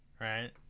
right